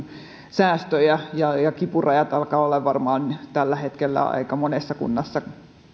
säästöjä ja kipurajat alkavat varmaan olla tulleet tällä hetkellä aika monessa kunnassa